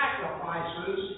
sacrifices